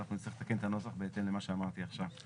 אנחנו נצטרך לתקן את הנוסח בהתאם למה שאמרתי עכשיו.